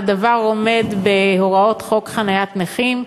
הדבר עומד בהוראות חוק חניה לנכים,